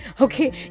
Okay